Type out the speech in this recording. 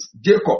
Jacob